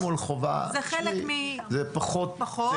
זה פחות,